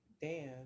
Dan